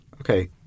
Okay